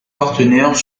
partenaires